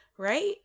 Right